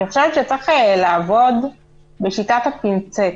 אני חושבת שצריך לעבוד בשיטת הפינצטה.